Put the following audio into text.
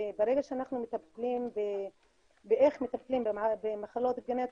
וברגע שאנחנו מטפלים באיך מטפלים במחלות גנטיות,